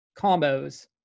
combos